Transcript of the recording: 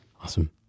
Awesome